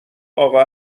اقا